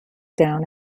down